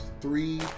three